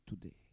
today